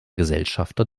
gesellschafter